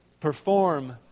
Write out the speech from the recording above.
perform